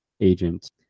agent